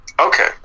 Okay